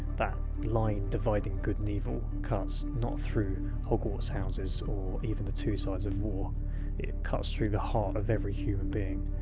that line dividing good and evil cuts not through hogwarts houses, or even the two sides of war it cuts through the heart of every human being.